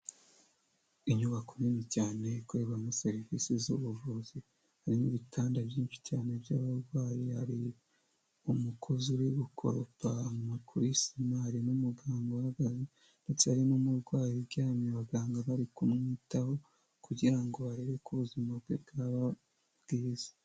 Inyubako nini cyane ikorerwamo serivisi z'ubuvuzi harimo ibitanda byinshi cyane by'abarwayi hari umukozi uri gukuropa kuri sima n'umuganga uhagaze ndetse hari n'umurwayi uryamye abaganga bari kumwitaho kugira ngo arebe ko ubuzima bwe bwaba bwiza.